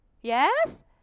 Yes